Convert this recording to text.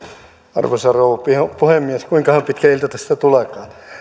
arvoisa rouva puhemies kuinkahan pitkä ilta tästä tuleekaan